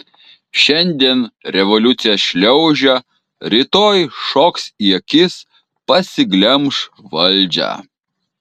šiandien revoliucija šliaužia rytoj šoks į akis pasiglemš valdžią